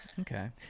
Okay